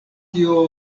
tio